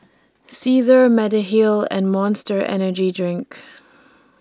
Cesar Mediheal and Monster Energy Drink